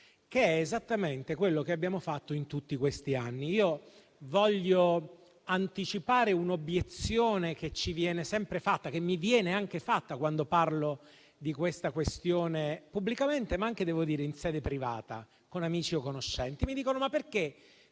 che è esattamente quello che abbiamo fatto in tutti questi anni. Voglio anticipare un'obiezione che ci viene sempre fatta: mi viene fatta quando parlo di questa questione pubblicamente, ma anche in sede privata, con amici o conoscenti. Mi chiedono perché